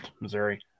Missouri